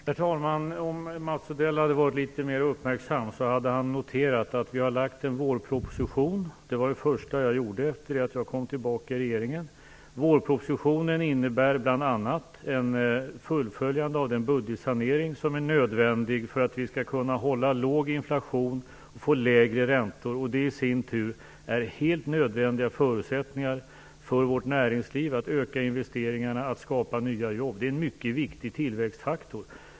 Herr talman! Om Mats Odell hade varit litet mer uppmärksam hade han noterat att vi har lagt fram en vårproposition. Det var det första jag gjorde efter det att jag kom tillbaka i regeringen. Vårpropositionen innebar bl.a. ett fullföljande av den budgetsanering som är nödvändig för att vi skall kunna hålla låg inflation och få lägre räntor, och det i sin tur är helt nödvändiga förutsättningar för vårt näringsliv att öka investeringarna och att skapa nya jobb. Det är en mycket viktig tillväxtfaktor.